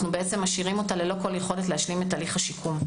אנו משאירים אותה ללא יכולת להשלים את הליך השיקום.